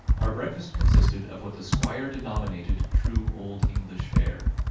our breakfast consisted of what the squire denominated true old english fare.